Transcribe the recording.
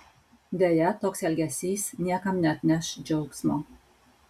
deja toks elgesys niekam neatneš džiaugsmo